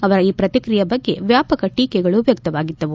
ಅವರ ಈ ಪ್ರತಿಕ್ರಿಯೆ ಬಗ್ಗೆ ವ್ಯಾಪಕ ಟೀಕೆಗಳು ವ್ಯಕ್ತವಾಗಿದ್ದವು